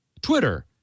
Twitter